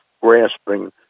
grasping